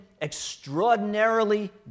extraordinarily